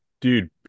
Dude